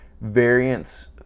Variance